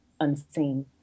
unseen